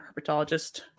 herpetologist